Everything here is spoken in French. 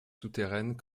souterraines